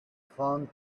found